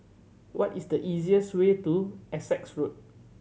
what is the easiest way to Essex Road